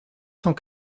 cent